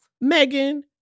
Megan